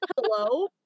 hello